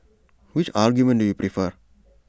which argument do you prefer